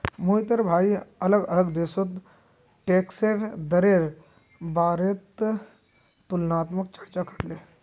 मोहिटर भाई अलग अलग देशोत टैक्सेर दरेर बारेत तुलनात्मक चर्चा करले